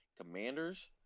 Commanders